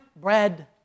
bread